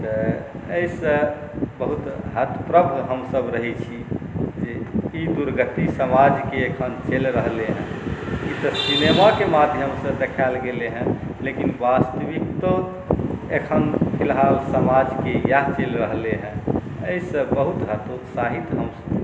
तऽ एहिसँ बहुत हतप्रभ हमसब रहै छी जे ई दुर्गति समाजके एखन चलि रहलै हँ ई तऽ सिनेमाके माध्यमसँ देखाएल गेलै हँ लेकिन वास्तविकतो एखन फिलहाल समाजके एखन इएह चलि रहलै हँ एहिसँ बहुत हतोत्साहित हम